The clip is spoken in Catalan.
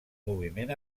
moviment